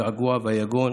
הגעגוע והיגון,